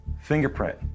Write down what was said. fingerprint